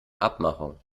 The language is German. abmachung